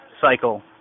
cycle